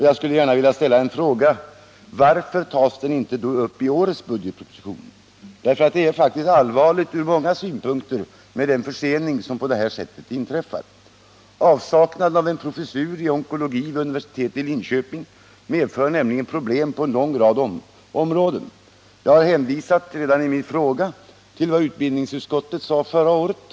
Jag skulle gärna vilja ställa en fråga: Varför tas den då inte upp i årets budgetproposition? Det är från många synpunkter allvarligt med den försening som på detta sätt inträffar. Avsaknaden av en professur i onkologi vid universitetet i Linköping medför nämligen problem på en lång rad områden. Jag har redan i min fråga hänvisat till vad utbildningsutskottet sade förra året.